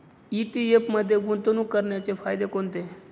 ETF मध्ये गुंतवणूक करण्याचे फायदे कोणते?